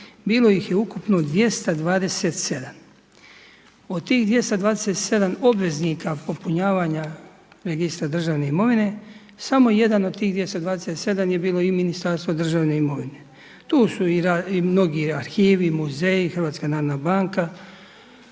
bilo ih je ukupno 227. Od tih 227 obveznika popunjavanja registra državne imovine samo jedan od tih 227 je bilo i Ministarstvo državne imovine. Tu su i mnogi arhivi, muzeji, HNB, Hrvatske